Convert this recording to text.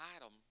item